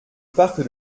parc